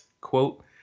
quote